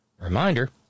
Reminder